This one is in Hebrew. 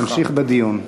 נמשיך בדיון.